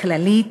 הכללית